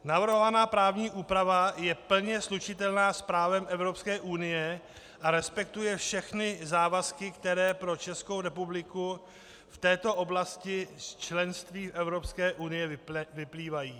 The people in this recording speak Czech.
Navrhovaná právní úprava je plně slučitelná s právem Evropské unie a respektuje všechny závazky, které pro Českou republiku v této oblasti z členství v Evropské unii vyplývají.